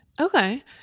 Okay